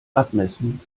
abmessen